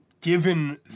given